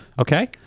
Okay